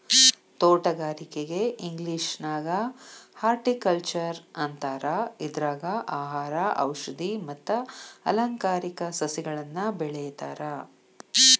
ತೋಟಗಾರಿಕೆಗೆ ಇಂಗ್ಲೇಷನ್ಯಾಗ ಹಾರ್ಟಿಕಲ್ಟ್ನರ್ ಅಂತಾರ, ಇದ್ರಾಗ ಆಹಾರ, ಔಷದಿ ಮತ್ತ ಅಲಂಕಾರಿಕ ಸಸಿಗಳನ್ನ ಬೆಳೇತಾರ